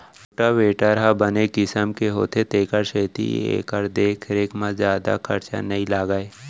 rotavator ह बने किसम के होथे तेकर सेती एकर देख रेख म जादा खरचा नइ लागय